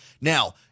Now